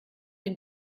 den